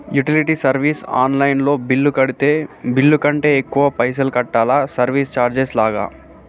Utility service online లో bill కడితే bill కంటే ఎక్కువ పైసల్ కట్టాలా సర్వీస్ చార్జెస్ లాగా?